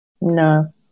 No